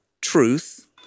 truth